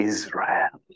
Israel